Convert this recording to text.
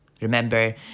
Remember